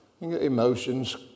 Emotions